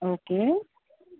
okay